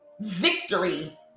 Victory